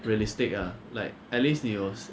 realistic ah like at least 你有